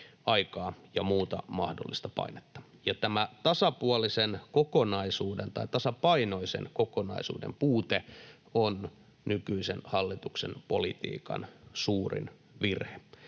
aikaa ja muuta mahdollista painetta. Tämä tasapuolisen kokonaisuuden tai tasapainoisen kokonaisuuden puute on nykyisen hallituksen politiikan suurin virhe.